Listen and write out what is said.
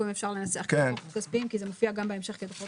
אם אפשר לנסח דוחות כספיים כי זה מופיע גם בהמשך כדוחות